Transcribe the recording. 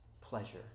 pleasure